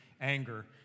anger